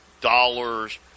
dollars